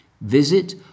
Visit